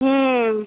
হুম